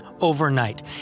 overnight